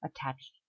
attached